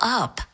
up